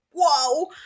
whoa